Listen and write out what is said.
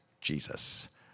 Jesus